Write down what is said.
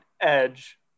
edge